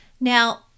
Now